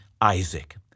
Isaac